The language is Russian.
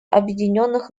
объединенных